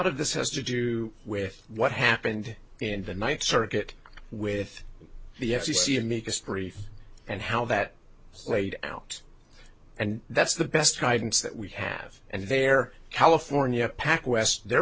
of this has to do with what happened in the ninth circuit with the f c c amicus brief and how that played out and that's the best guidance that we have and their california pac west they're